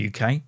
uk